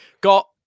got